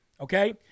Okay